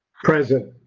present.